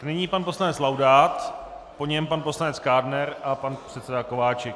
Nyní pan poslanec Laudát, po něm pan poslanec Kádner a pan předseda Kováčik.